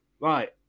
right